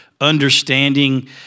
understanding